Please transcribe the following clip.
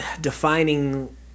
defining